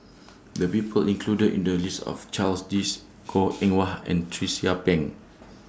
The People included in The list Are of Charles Dyce Goh Eng Wah and Tracie Pang